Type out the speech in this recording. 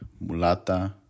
mulata